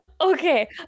okay